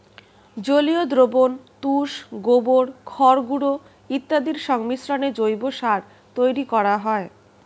জলীয় দ্রবণ, তুষ, গোবর, খড়গুঁড়ো ইত্যাদির সংমিশ্রণে জৈব সার তৈরি করা হয়